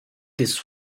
this